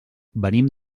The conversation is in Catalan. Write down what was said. venim